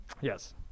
Yes